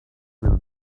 will